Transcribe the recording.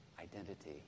identity